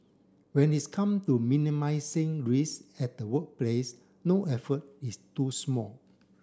when it's come to minimising risk at the workplace no effort is too small